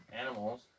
animals